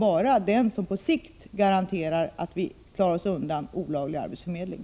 Det är bara den som på sikt garanterar att vi slipper olaglig arbetsförmedling.